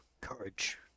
courage